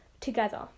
together